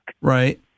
Right